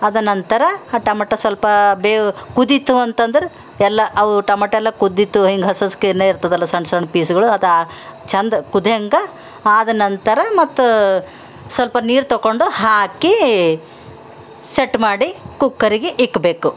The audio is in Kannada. ಅದ ನಂತರ ಆ ಟಮಟ ಸ್ವಲ್ಪ ಬೇವು ಕುದೀತು ಅಂತಂದ್ರೆ ಎಲ್ಲ ಅವು ಟಮಟ ಎಲ್ಲ ಕುದ್ದಿತ್ತು ಹಿಂಗೆ ಹಸಿ ಹಸಿಗೇನೇ ಇರ್ತದಲ್ಲ ಸಣ್ಣ ಸಣ್ಣ ಪೀಸ್ಗಳು ಅದಾ ಚೆಂದ ಕುದಿಯೋಂಗೆ ಆದ ನಂತರ ಮತ್ತು ಸ್ವಲ್ಪ ನೀರು ತಗೊಂಡು ಹಾಕಿ ಸೆಟ್ ಮಾಡಿ ಕುಕ್ಕರ್ಗೆ ಇಡ್ಬೇಕು